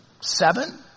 seven